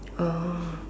oh